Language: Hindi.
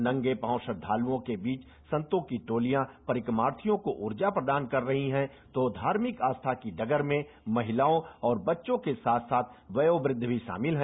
नगे पाँव श्रद्दाल्यों के बीच संतों की टोलियां परिक्रमार्थियों को उर्जा प्रदान कर रहीं है तो धार्मिक आस्था की डगर में महिलाओं बच्चों के साथ साथ वेयोवद्ध भी शामिल है